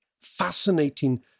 Fascinating